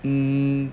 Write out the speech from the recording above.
mm